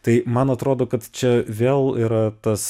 tai man atrodo kad čia vėl yra tas